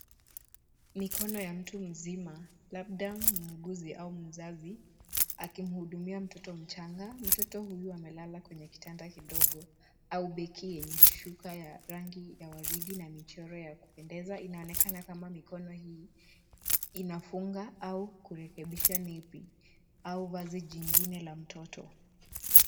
Mikono ya mtu mzima, labda, mumguzi, au mzazi, akimuhudumia mtoto mchanga, mtoto huyu amelala kwenye kitanda kidogo, au beki yenye shuka ya rangi ya waridi na michoro ya kupendeza, inaonekana kama mikono hii inafunga au kurekebisha nepi au vazi jingine la mtoto.